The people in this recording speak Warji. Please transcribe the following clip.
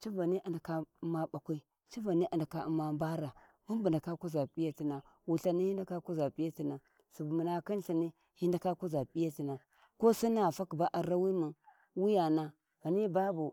civani a ndaka wuna ɓakwi civani a ndaka uma mbara mun bu ndaka kuʒa piyatina wullani hi ndaka kuʒa p'iyatina subu muna khin Ihinni hi ndaka kuʒa P’iyatina ko Sinni gha fakhi ɓa a rawi mun wuyana ghami babu.